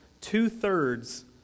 two-thirds